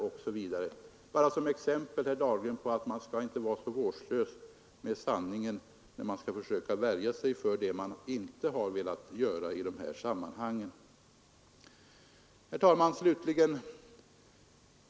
Man skall inte, herr Dahlgren, vara så vårdslös med sanningen, när man skall försöka värja sig mot det man inte velat göra i dessa sammanhang. Nr 126 Slutligen, herr talman!